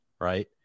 right